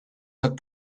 had